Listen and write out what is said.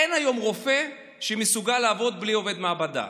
אין היום רופא שמסוגל לעבוד בלי עובד מעבדה.